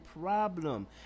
problem